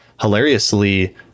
Hilariously